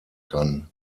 kann